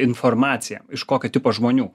informaciją iš kokio tipo žmonių